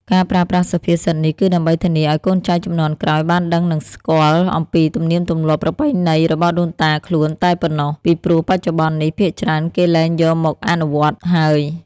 ការប្រើប្រាស់សុភាសិតនេះ គឺដើម្បីធានាអោយកូនចៅជំនាន់ក្រោយបានដឹងនិងស្គាល់អំពីទំនៀមទម្លាប់ប្រពៃណីរបស់ដូនតាខ្លួនតែប៉ុណ្ណោះ ពីព្រោះបច្ចុប្បន្ននេះភាគច្រើនគេលែងយកមកអនុវត្តន៍ហើយ ។